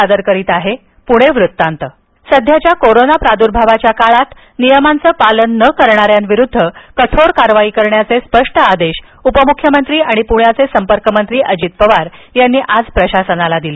अजित पवार सध्याच्या कोरोना प्रादूर्भावाच्या काळात नियमांचं पालन न करणाऱ्यांविरुद्ध कठोर कारवाई करण्याचे स्पष्ट आदेश उपमुख्यमंत्री आणि पुण्याचे संपर्क मंत्री अजित पवार यांनी आज प्रशासनाला दिले